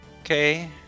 Okay